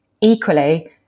Equally